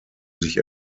sich